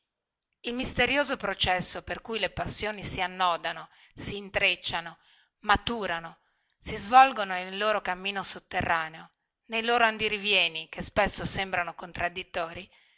il misterioso processo per cui le passioni si annodano si intrecciano maturano si svolgono nel loro cammino sotterraneo nei loro andirivieni che spesso sembrano contradditori